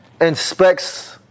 inspects